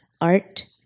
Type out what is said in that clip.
art